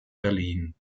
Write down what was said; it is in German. berlin